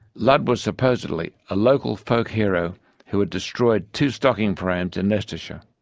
ludd was supposedly a local folk hero who had destroyed two stocking frames in leicestershire.